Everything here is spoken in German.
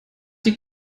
die